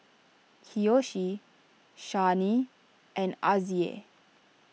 Kiyoshi Shani and Azzie